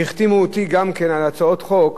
והחתימו אותי גם כן על הצעות חוק,